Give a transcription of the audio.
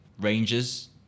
Rangers